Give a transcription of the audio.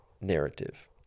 narrative